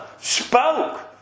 spoke